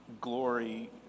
glory